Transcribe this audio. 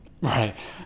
Right